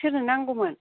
सोरनो नांगौमोन